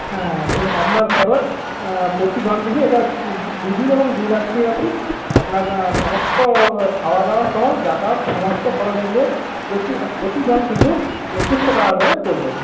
হ্যাঁ তো আপনার খরচ প্রতি জন পিছু এটা দু দিন এবং দু রাত্রি আছে আপনার সমস্ত খাওয়া দাওয়া সহ যাতায়াত সমস্ত খরচ মিলিয়ে প্রতি প্রতি জন পিছু একুশশো টাকা করে পড়বে